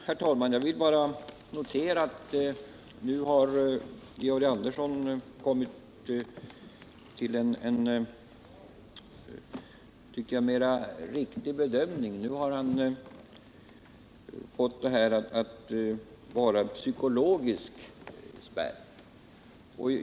Herr talman! Jag vill bara notera att nu har Georg Andersson kommit till en, som jag tycker, mera riktig bedömning. Nu har han talat om en psykologisk spärr.